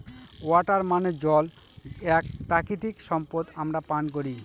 water মানে জল এক প্রাকৃতিক সম্পদ আমরা পান করি